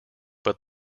but